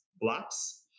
blocks